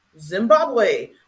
Zimbabwe